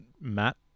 Matt